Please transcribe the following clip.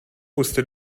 wusste